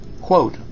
quote